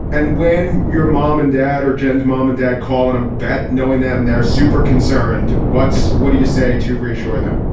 and when your mom and dad or jen's mom and dad call in a bet knowing them, they're super concerned. what's what do you say to reassure them?